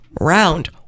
round